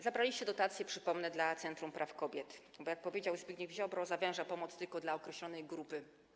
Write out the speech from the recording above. Zabraliście dotacje, przypomnę, dla Centrum Praw Kobiet, bo, jak powiedział Zbigniew Ziobro, zawęża ono niesienie pomocy tylko do określonej grupy.